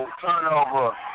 turnover